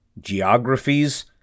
geographies